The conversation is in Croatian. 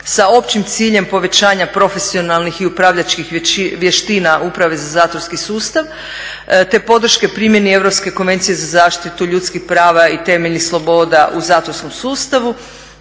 sa općim ciljem povećanja profesionalnih i upravljačkih vještina Uprave za zatvorski sustav, te podrške primjeni Europske konvencije za zaštitu ljudskih prava i temeljnih sloboda u zatvorskom sustavu.